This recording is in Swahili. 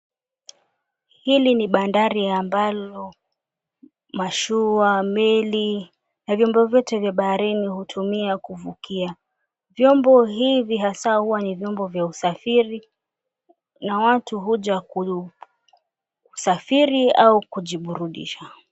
Hili ni bandari ambalo mashua, meli na vyombo vyote vya baharini hutumia kuvukia. Vyombo hivi hasa huwa ni vyombo vya usafiri na watu huja kusafiri au kujiburudisha.